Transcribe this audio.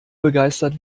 begeistert